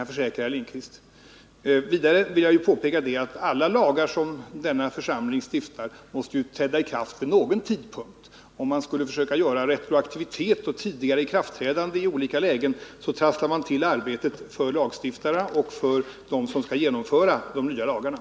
Hittills har såvitt bekant inte vidtagits några åtgärder från regeringens sida för att uppnå en bred uppslutning bland svenska folket. På vilket sätt avser regeringen att i energipolitiken åstadkomma den breda uppslutning bland svenska folket som regeringsförklaringen utlovar och dessutom konstatera om den existerar?